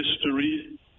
history